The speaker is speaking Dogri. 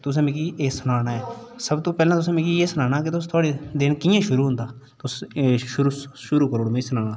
तुसें मिगी एह् सुनाना ऐ सब तों पैह्लैं तुसें मिगी एह् सुनाना ऐ थुआढ़ा दिन कियां शूरु होंदा शूरु करी ओड़ो मिगी सुनाना